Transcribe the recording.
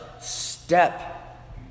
step